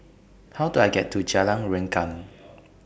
How Do I get to Jalan Rengkam